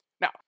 Now